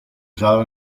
usado